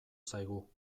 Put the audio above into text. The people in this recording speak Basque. zaigu